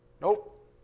Nope